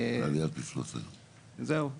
תודה.